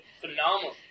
phenomenal